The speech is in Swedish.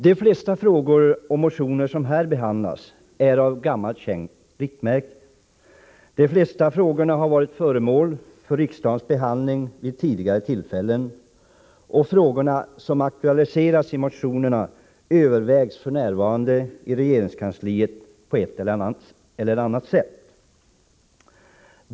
Det flesta frågor och motioner som här behandlas är av gammalt känt märke. De flesta frågor har varit föremål för riksdagens behandling vid tidigare tillfällen. Frågorna som aktualiserats i motionerna övervägs f.n. i regeringskansliet på ett eller annat sätt.